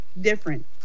different